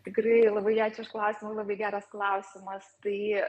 tikrai labai ačiū už klausimą labai geras klausimas tai